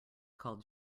called